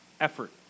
effort